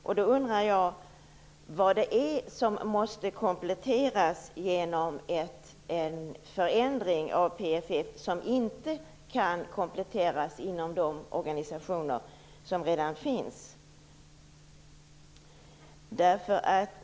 Jag undrar vad det är som måste kompletteras genom en förändring av PFF, som inte kan kompletteras inom de organisationer som redan finns.